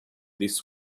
this